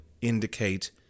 indicate